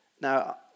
Now